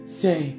say